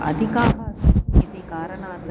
अधिकाः इति कारणात्